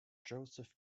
joseph